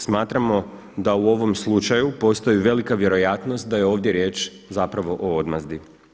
Smatramo da u ovom slučaju postoji velika vjerojatnost da je ovdje riječ zapravo o odmazdi.